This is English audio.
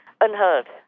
unheard